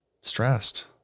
stressed